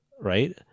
Right